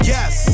Yes